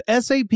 SAP